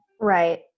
Right